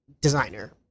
designer